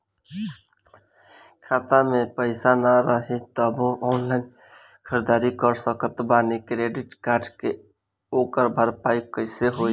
खाता में पैसा ना रही तबों ऑनलाइन ख़रीदारी कर सकत बानी क्रेडिट कार्ड से ओकर भरपाई कइसे होई?